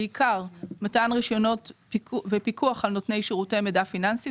בעיקר מתן רישיונות ופיקוח על נותני שירותי מידע פיננסית,